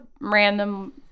random